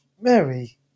Mary